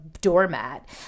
doormat